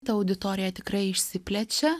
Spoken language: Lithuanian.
ta auditorija tikrai išsiplečia